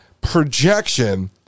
projection